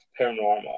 paranormal